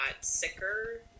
sicker